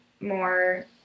more